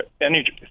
energy